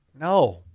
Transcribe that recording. No